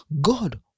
God